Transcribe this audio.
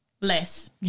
Less